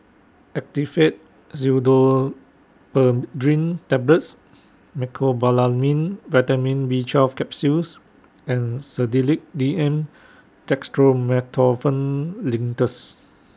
Actifed Pseudoephedrine Tablets Mecobalamin Vitamin B twelve Capsules and Sedilix D M Dextromethorphan Linctus